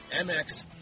MX